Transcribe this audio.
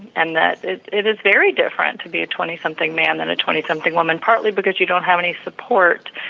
and that it it is very different to be twenty something men than twenty something women partly because you don't have any support